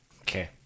okay